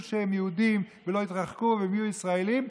שהם יהודים ולא יתרחקו והם יהיו ישראלים,